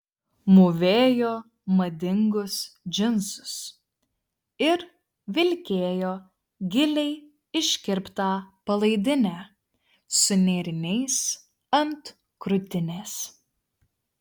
mūvėjo madingus džinsus ir vilkėjo giliai iškirptą palaidinę su nėriniais ant krūtinės